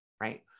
right